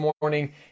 morning